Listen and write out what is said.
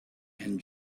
and